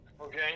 okay